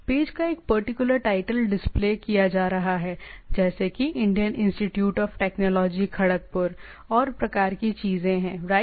page का एक particular title display किया जा रहा है जैसे कि Indian Institute of Technology Kharagpur और प्रकार की चीजें हैं राइट